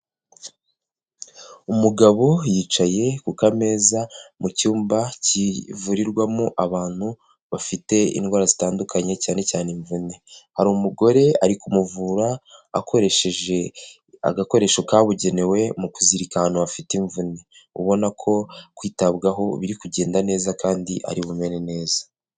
Umugabo yicaye kukameza mu cyumba kivurirwamo abantu bafite indwara zitandukanye cyane cyane imvune, hari umugore ari kumuvura akoresheje agakoresho kabugenewe mu kuzirikana ahantu hafite imvune, ubona ko kwitabwaho biri kugenda neza kandi ari bumere neza.